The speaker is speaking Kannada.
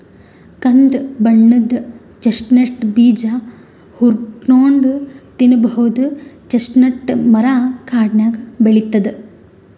ಕಂದ್ ಬಣ್ಣದ್ ಚೆಸ್ಟ್ನಟ್ ಬೀಜ ಹುರ್ಕೊಂನ್ಡ್ ತಿನ್ನಬಹುದ್ ಚೆಸ್ಟ್ನಟ್ ಮರಾ ಕಾಡ್ನಾಗ್ ಬೆಳಿತದ್